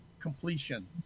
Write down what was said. completion